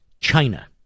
China